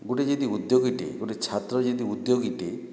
ଗୁଟେ ଯଦି ଉଦ୍ୟୋଗୀ ଟେ ଗୁଟେ ଛାତ୍ର ଯଦି ଉଦ୍ୟୋଗୀ ଟେ